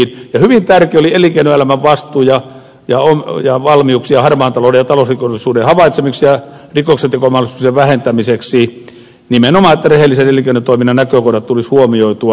hyvin tärkeää oli elinkeinoelämän vastuu ja valmiudet harmaan talouden ja talousrikollisuuden havaitsemiseksi ja rikoksentekomahdollisuuksien vähentämiseksi nimenomaan niin että rehellisen elinkeinotoiminnan näkökohdat tulisi huomioitua